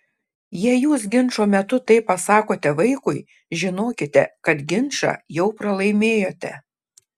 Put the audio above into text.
jei jūs ginčo metu taip pasakote vaikui žinokite kad ginčą jau pralaimėjote